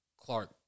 Clark